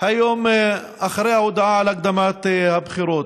היום אחרי ההודעה על הקדמת הבחירות.